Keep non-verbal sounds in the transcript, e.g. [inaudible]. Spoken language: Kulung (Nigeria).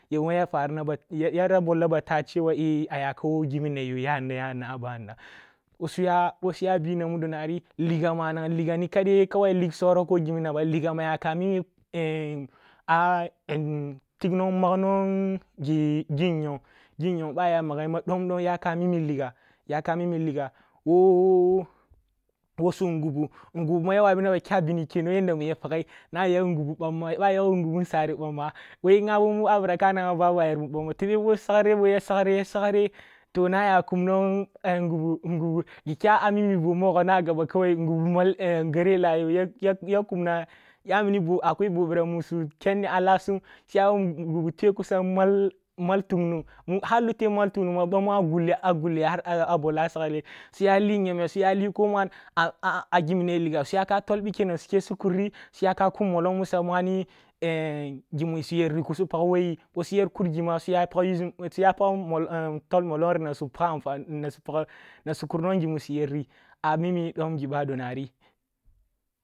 Yoma ya farina ba, ya yara tahehew eh ayakam wo gimina yo yanina a banina, ъosuya ъo su ya bi namudo nari liga manang liga na kade kawai lig soro ko gimina ba, liga ma ya ka mimi [hesitation] a [hesitation] tig nwong mag gi’ nyong, bah aya mageh gi’nyon ginyong ъah aya mageh dom dom yaka mimi liga yaka mimi liga wo su ngubu, ngubu ma ya wabina ba kya bini keno yanda ya paghe na yag ngubu bama, ъo a yago ngubu nsare bamma boyi ghabo mu babira ka nawini babu a yer mur bamma tebe ъo sagre bo ya sagre ya sagre toh na aya kum awong ngubu ngubu gi kya a mimi boh nwogwo, na a gaba ka wai ngubu [hesitation] gere lah yo, yak ya kumna ya mini boh a kwai boh ъira musu kyonni a lahsum suyawo ngubu twe kusan mal mal tungnun, har luteh maltung nungma bamu a gulli a gulli har a bolatsagre suya lee nyemeh suya lee koman [unintelligible] a gimi na ye liga, suya ka tol bike na su kas u kuri suya kum mullong musuya muani [hesitation] gimu suyeri ku su pag wo yi boh su yer kurgi ma suya pag usi [hesitation] tol mullongri na nap ag amfani wo yi amimi gi bado